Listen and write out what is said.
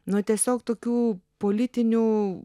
na tiesiog tokių politinių